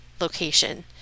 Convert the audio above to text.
location